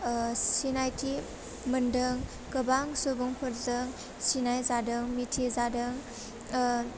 ओह सिनायथि मोन्दों गोबां सुबुंफोरजों सिनाय जादों मिथि जादों ओह